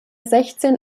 sechzehn